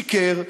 שיקר,